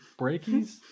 Breakies